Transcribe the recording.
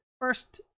first